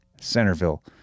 Centerville